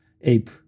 ape